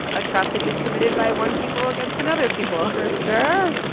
atrocities committed by one people against another people for sure